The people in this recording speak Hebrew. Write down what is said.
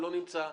לא נמצא,